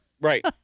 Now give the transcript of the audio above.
Right